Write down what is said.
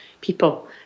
people